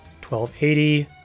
1280